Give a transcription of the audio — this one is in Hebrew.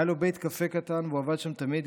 היה לו בית קפה קטן והוא עבד שם תמיד,